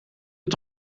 het